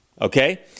okay